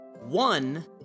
One